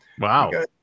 Wow